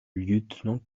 lieutenant